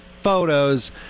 photos